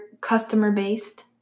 customer-based